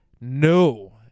no